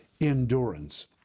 endurance